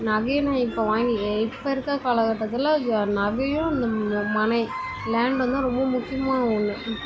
நகையும் நான் இப்போ வாங்கி இ இப்போ இருக்கற காலக்கட்டத்தில் இந்த நகையும் இந்த மனை லேண்டும் தான் ரொம்ப முக்கியமான ஒன்னு